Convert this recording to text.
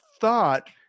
thought